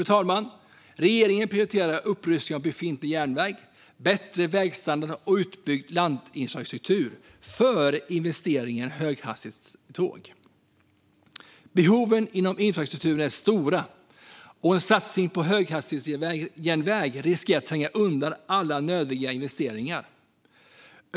Regeringen prioriterar upprustning av befintlig järnväg, bättre vägstandard och utbyggd laddinfrastruktur före investeringar i höghastighetståg. Behoven inom infrastrukturen är stora, och en satsning på höghastighetsjärnväg riskerar att tränga undan andra nödvändiga investeringar.